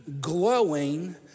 glowing